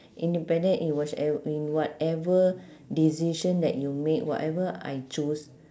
independent in whiche~ in whatever decision that you make whatever I choose